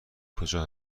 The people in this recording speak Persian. کجا